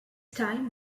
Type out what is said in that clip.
time